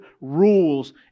rules